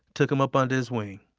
took them up under his wing